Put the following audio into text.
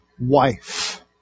wife